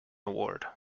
award